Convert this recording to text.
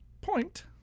point